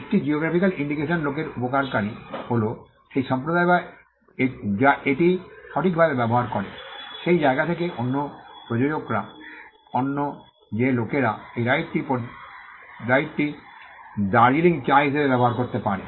একটি geographical indication লোকের উপকারকারী হল সেই সম্প্রদায় যা এটি সঠিকভাবে ব্যবহার করে সেই জায়গা থেকে অন্য প্রযোজকরা অন্য যে লোকেরা এই রাইটটি দার্জিলিং চা হিসাবে ব্যবহার করতে পারে